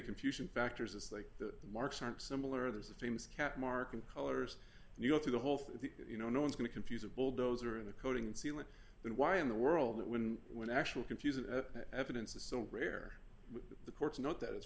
confusion factors as they the marks aren't similar there's a famous cat mark and colors and you go through the whole thing you know no one's going to confuse a bulldozer in the coding ceiling then why in the world that when when actual confusing evidence is so rare the courts not that it's